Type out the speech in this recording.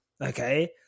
Okay